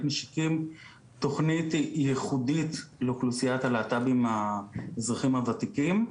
משיקים תוכנית ייחודית לאוכלוסיית הלהט"בים האזרחים הוותיקים.